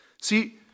See